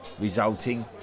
resulting